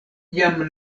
jam